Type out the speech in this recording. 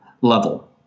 level